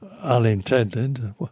unintended